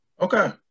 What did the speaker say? Okay